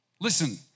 Listen